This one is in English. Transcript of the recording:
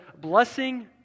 blessing